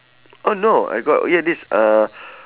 oh no I got hear this uh